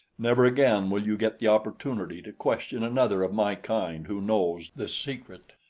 never again will you get the opportunity to question another of my kind who knows the secret.